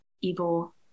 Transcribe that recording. evil